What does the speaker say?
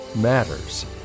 Matters